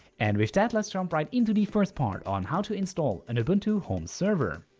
and with that let's jump right into the first part on how to install an ubuntu home server.